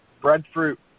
Breadfruit